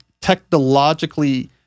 technologically